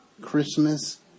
Christmas